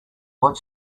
what